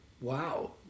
Wow